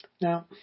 Now